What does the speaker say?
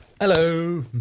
Hello